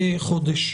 חודש.